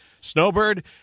snowbird